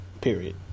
Period